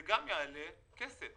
זה גם יעלה כסף.